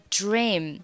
dream